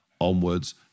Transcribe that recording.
onwards